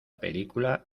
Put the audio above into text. película